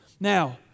Now